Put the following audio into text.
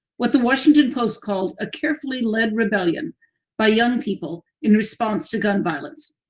what the washington post called a carefully led rebellion by young people in response to gun violence.